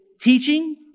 teaching